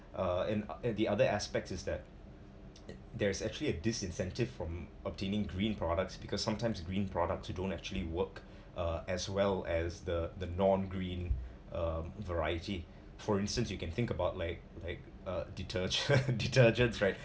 uh and and the other aspect is that there's actually a disincentive from obtaining green products because sometimes green products you don't actually work uh as well as the the non green uh variety for instance you can think about like like uh deter~ uh detergents right